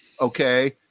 Okay